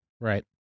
Right